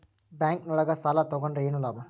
Bank ನೊಳಗ ಸಾಲ ತಗೊಂಡ್ರ ಏನು ಲಾಭ?